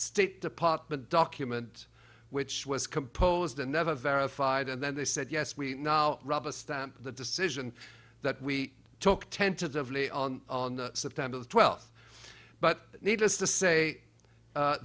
state department document which was composed and never verified and then they said yes we rubber stamp the decision that we took tentatively on september the twelfth but needless to say